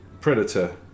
Predator